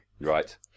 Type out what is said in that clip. Right